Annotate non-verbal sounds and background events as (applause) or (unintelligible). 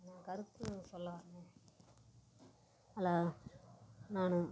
ஏன் கருத்து சொல்ல (unintelligible) ஹலோ நான்